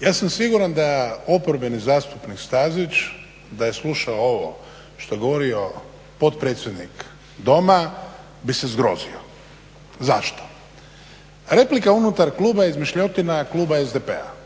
ja sam siguran da oporbeni zastupnik Stazić da je slušao ovo što je govorio potpredsjednik Doma bi se zgrozio, zašto? Replika unutar kluba je izmišljotina Kluba SDP-a